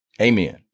Amen